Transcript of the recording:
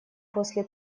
после